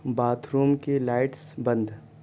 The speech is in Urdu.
باتھ روم کی لائٹس بند